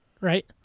right